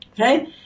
Okay